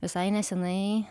visai neseniai